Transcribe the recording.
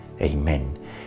Amen